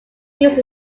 used